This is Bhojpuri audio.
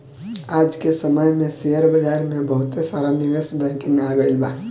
आज के समय में शेयर बाजार में बहुते सारा निवेश बैंकिंग आ गइल बा